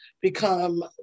become